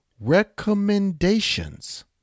recommendations